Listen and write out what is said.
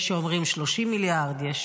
יש שאומרים 30 מיליארד, יש